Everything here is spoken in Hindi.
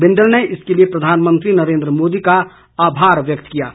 बिंदल ने इसके लिए प्रधानमंत्री नरेन्द्र मोदी का आभार व्यक्त किया है